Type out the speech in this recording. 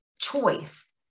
choice